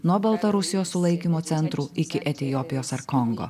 nuo baltarusijos sulaikymo centrų iki etiopijos ar kongo